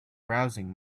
browsing